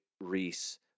Reese